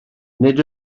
nid